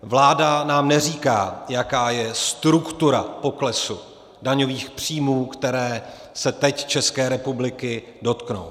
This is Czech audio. Vláda nám neříká, jaká je struktura poklesu daňových příjmů, které se teď České republiky dotknou.